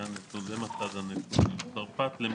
הישיבה ננעלה בשעה 11:30.